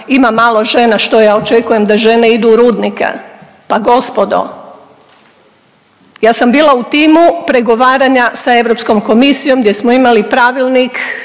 ima malo žena. Što ja očekujem da žene idu u rudnike? Pa gospodo, ja sam bila u timu pregovaranja sa Europskom komisijom gdje smo imali pravilnik